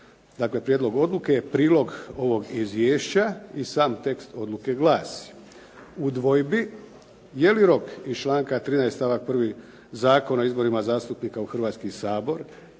dakle, prijedlog odluke je prilog ovog izvješća i sam tekst odluke glasi: U dvojbi, je li rok iz članka 13. stavak 1. Zakona o izborima zastupnika u Hrvatski sabor